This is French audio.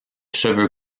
cheveux